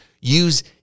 use